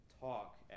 talk